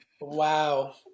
Wow